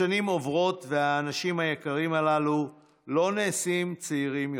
השנים עוברות והאנשים היקרים הללו לא נעשים צעירים יותר.